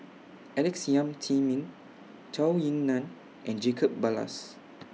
Alex Yam Ziming Zhou Ying NAN and Jacob Ballas